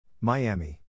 Miami